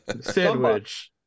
Sandwich